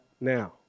now